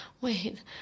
wait